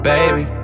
Baby